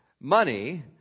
money